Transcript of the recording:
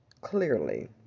clearly